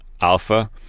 Alpha